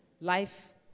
Life